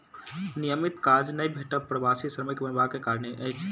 नियमित काज नै भेटब प्रवासी श्रमिक बनबा के कारण अछि